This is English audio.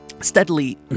Steadily